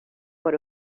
por